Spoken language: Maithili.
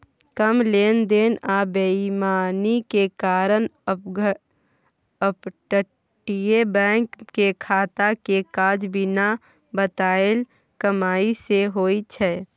कम लेन देन आ बेईमानी के कारण अपतटीय बैंक के खाता के काज बिना बताएल कमाई सँ होइ छै